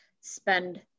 spend